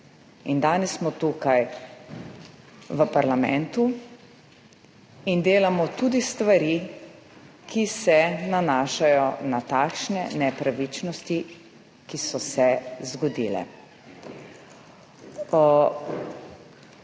In danes smo tukaj v parlamentu in delamo tudi stvari, ki se nanašajo na takšne nepravičnosti, ki so se zgodile.